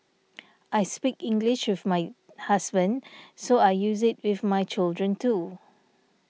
I speak English with my husband so I use it with my children too